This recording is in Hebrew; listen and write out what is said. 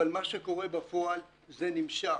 אבל מה שקורה בפועל, זה נמשך.